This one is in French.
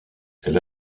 elle